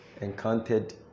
encountered